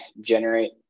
generate